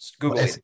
Google